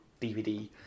dvd